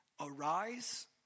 Arise